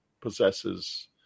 possesses